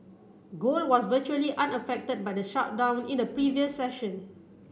gold was virtually unaffected by the shutdown in the previous session